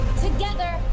Together